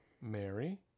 Mary